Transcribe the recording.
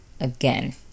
again